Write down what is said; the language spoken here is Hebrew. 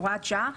הוראת שעה,